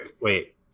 wait